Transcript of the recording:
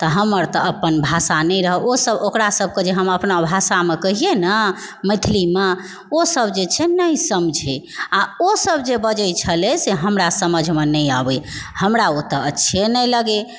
तऽ हमर तऽ अपन भाषा नहि रहय ओसभ ओकरा सभके जे हम अपना भाषामे कहिए न मैथिलीमे ओसभ जे छै नहि समझए आ ओसभ जे बजय छलय से हमरा समझमे नहि आबय हमरा ओतए अच्छे नहि लगय